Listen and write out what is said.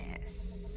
Yes